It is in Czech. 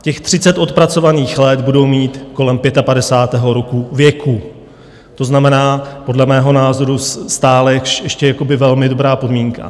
Těch 30 odpracovaných let budou mít kolem 55. roku věku, to znamená, podle mého názoru stále ještě jakoby velmi dobrá podmínka.